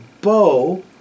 bow